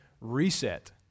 reset